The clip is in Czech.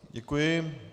Děkuji.